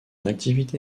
activité